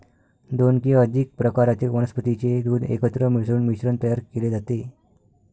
दोन किंवा अधिक प्रकारातील वनस्पतीचे दूध एकत्र मिसळून मिश्रण तयार केले जाते